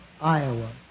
Iowa